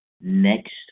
next